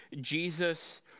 Jesus